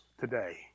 today